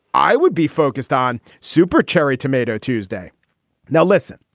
i would be focused on super cherry tomato tuesday now, listen,